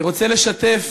אני רוצה לשתף,